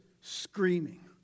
screaming